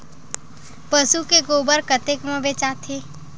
पशु के गोबर कतेक म बेचाथे?